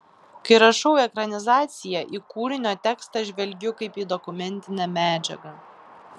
kai rašau ekranizaciją į kūrinio tekstą žvelgiu kaip į dokumentinę medžiagą